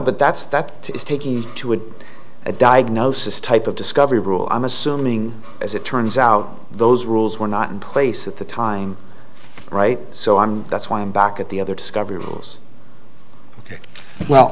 but that's that is taking too would a diagnosis type of discovery rule i'm assuming as it turns out those rules were not in place at the time right so i'm that's why i'm back at the other discovery rules well